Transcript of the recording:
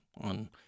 on